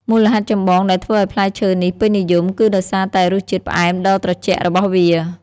មូលហេតុចម្បងដែលធ្វើឲ្យផ្លែឈើនេះពេញនិយមគឺដោយសារតែរសជាតិផ្អែមដ៏ត្រជាក់របស់វា។